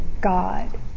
God